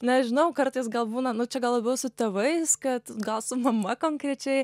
nežinau kartais gal būna nu čia gal labiau su tėvais kad gal su mama konkrečiai